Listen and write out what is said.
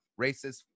racist